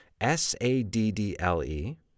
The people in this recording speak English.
s-a-d-d-l-e